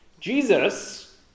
Jesus